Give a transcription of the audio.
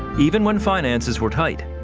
even when finances were tight,